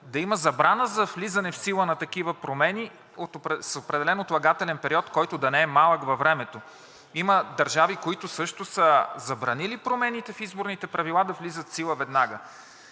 да има забрана за влизане в сила на такива промени с определен отлагателен период, който да не е малък във времето. Има държави, които също са забранили промените в изборните правила да влизат в сила веднага.